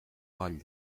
coll